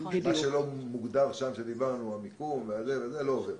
מה ש לא מוגדר שם המיקום ועוד לא עובר.